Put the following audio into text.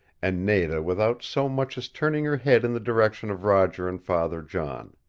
and nada without so much as turning her head in the direction of roger and father john.